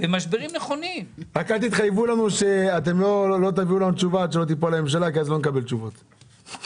אנחנו נקבל תשובה על